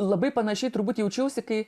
labai panašiai turbūt jaučiausi kai